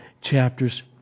chapters